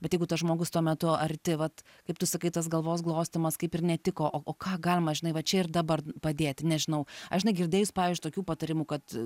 bet jeigu tas žmogus tuo metu arti vat kaip tu sakai tas galvos glostymas kaip ir netiko o o ką galima žinai va čia ir dabar padėti nežinau aš žinai girdėjus pavyzdžiui tokių patarimų kad